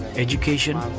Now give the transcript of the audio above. education,